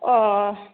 अह